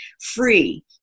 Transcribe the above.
free